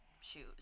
shoes